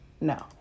No